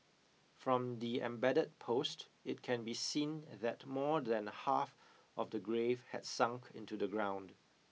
from the embedded post it can be seen that more than half of the grave had sunk into the ground